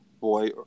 boy